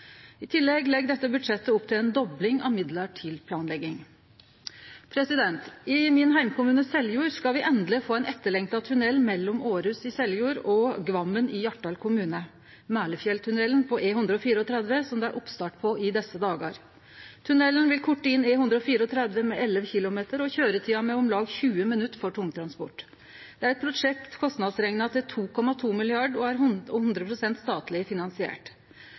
I tillegg legg dette budsjettet opp til ei dobling av midlar til planlegging. I min heimkommune, Seljord, skal me endeleg få ein etterlengta tunnel mellom Århus i Seljord og Gvammen i Hjartdal kommune, Mælefjelltunnelen på E134, som det er oppstart på i desse dagar. Tunnelen vil korte inn E134 med 11 km og køyretida med om lag 20 minutt for tungtransport. Det er eit prosjekt som er kostnadsrekna til 2,2 mrd. kr, og er 100 pst. statleg finansiert.